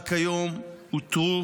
רק היום אותרו